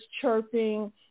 chirping